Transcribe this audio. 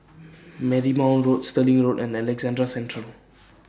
Marymount Road Stirling Road and Alexandra Central